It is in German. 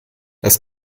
das